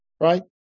right